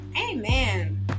Amen